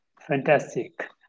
fantastic